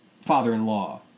father-in-law